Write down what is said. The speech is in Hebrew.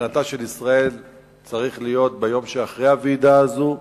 מבחינתה של ישראל צריך להיות ביום שאחרי הוועידה הזאת.